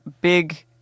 big